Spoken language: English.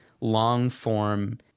long-form